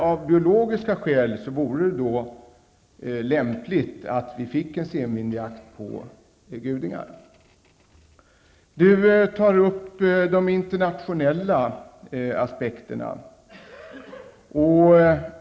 Av biologiska skäl vore det lämpligt att det blir en senvinterjakt på gudingar. Lennart Fremling tar upp de internationella aspekterna.